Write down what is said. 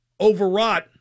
overwrought